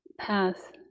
path